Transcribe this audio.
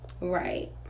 Right